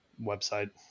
website